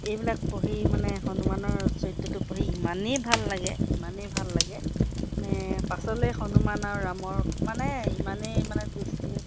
এইবিলাক পঢ়ি মানে হনুমানৰ চৰিত্ৰটো পঢ়ি ইমানেই ভাল লাগে ইমানেই ভাল লাগে মানে পাছলৈ হনুমান আৰু ৰামৰ মানে ইমানেই মানে দুস্তি